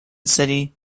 city